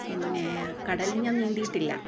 പിന്നെ കടലില് ഞാന് നീന്തിയിട്ടില്ല